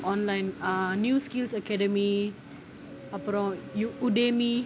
online ah new skills academy அப்புறம்:appuram